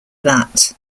that